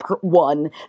one